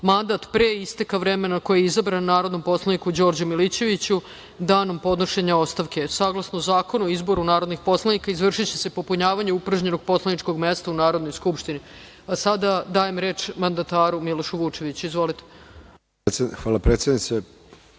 mandat pre isteka vremena na koji je izabran narodnom poslaniku Đorđu Milićeviću danom podnošenja ostavke. Saglasno Zakonu o izboru narodnih poslanika, izvršiće se popunjavanje upražnjenog poslaničkog mesta u Narodnoj skupštini. Sada dajem reč mandataru, Milošu Vučeviću. Izvolite. **Miloš Vučević**